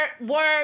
word